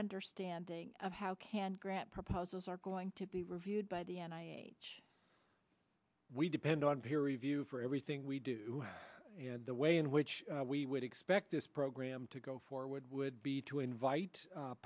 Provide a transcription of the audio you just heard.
understanding of how can grant proposals are going to be reviewed by the end i h we depend on peer review for everything we do the way in which we would expect this program to go forward would be to invite